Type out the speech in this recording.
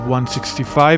165